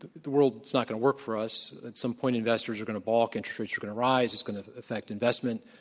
the world's not going to work for us. at some point, investors are going to balk. interest rates are going to rise. it's going to affect investment,